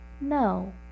no